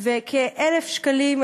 וכ-1,000 שקלים,